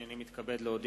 הנני מתכבד להודיע,